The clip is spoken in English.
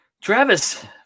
Travis